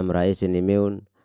amra ese ni meun.